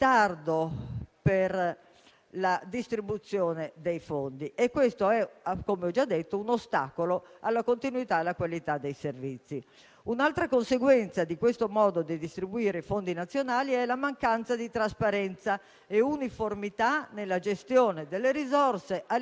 Un'altra conseguenza di siffatto modo di distribuire fondi nazionali è la mancanza di trasparenza e di uniformità nella gestione delle risorse a livello regionale e locale. Non si ha contezza di ciò - questo lo chiedo da anni e l'ho fatto anche nella Commissione di inchiesta della scorsa legislatura